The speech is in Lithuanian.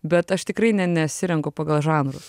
bet aš tikrai ne nesirenku pagal žanrus